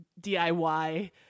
DIY